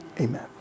Amen